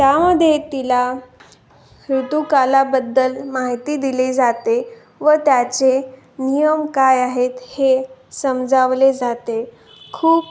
त्यामध्ये तिला ऋतूकालाबद्दल माहिती दिली जाते व त्याचे नियम काय आहेत हे समजावले जाते खूप